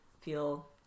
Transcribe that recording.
feel